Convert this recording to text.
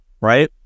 right